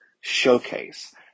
showcase